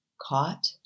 Caught